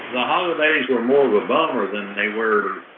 the holidays were more of a bummer than they were